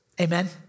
Amen